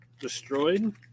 Destroyed